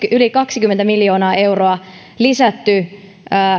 yli kaksikymmentä miljoonaa euroa lisätty